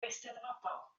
eisteddfodol